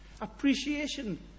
appreciation